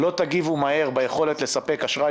אם לא תגיבו מהר ביכולת לספק אשראי